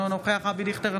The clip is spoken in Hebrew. אינו נוכח אבי דיכטר,